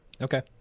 Okay